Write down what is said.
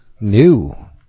New